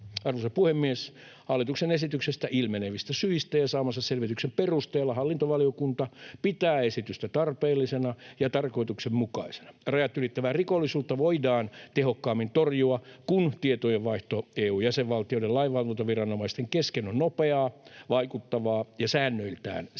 Arvoisa puhemies! Hallituksen esityksestä ilmenevistä syistä ja saamansa selvityksen perusteella hallintovaliokunta pitää esitystä tarpeellisena ja tarkoituksenmukaisena. Rajat ylittävää rikollisuutta voidaan tehokkaammin torjua, kun tietojenvaihto EU:n jäsenvaltioiden lainvalvontaviranomaisten kesken on nopeaa, vaikuttavaa ja säännöiltään selkeää.